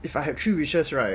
if I had three wishes right